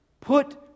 Put